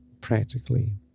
practically